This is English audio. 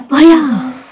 !hais!